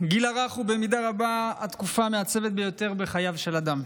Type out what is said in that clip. הגיל הרך הוא במידה רבה התקופה המעצבת ביותר בחייו של אדם.